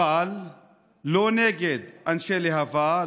אבל לא נגד אנשי להב"ה,